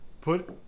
Put